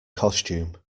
costume